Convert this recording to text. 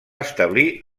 establir